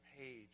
page